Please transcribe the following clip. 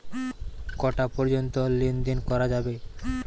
কটা পর্যন্ত লেন দেন করা যাবে?